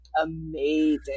amazing